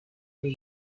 wii